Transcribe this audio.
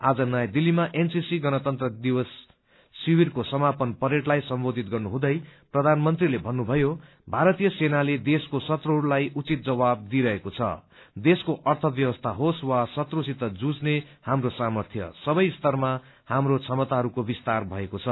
आज नयाँ दित्तीमा एनसीसी गणतन्त्र दिवस शिविरको समापन परेडलाई सम्बोधित गर्नुहुँदै प्रधानमंत्रीले भन्नुभयो भारतीय सेनाले देशको शत्राहरूलाई उचित जवाब ेदइरहेको छादेशको अर्य व्यवसी होस वा शत्रुसित जुझ्ने ह्यप्रो सामर्थ सबै स्तरमा हाप्रो क्षमताहरूको विस्तार भएको छ